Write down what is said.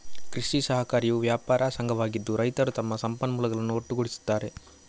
ಕೃಷಿ ಸಹಕಾರಿಯು ವ್ಯಾಪಾರ ಸಂಘವಾಗಿದ್ದು, ರೈತರು ತಮ್ಮ ಸಂಪನ್ಮೂಲಗಳನ್ನು ಒಟ್ಟುಗೂಡಿಸುತ್ತಾರೆ